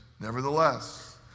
nevertheless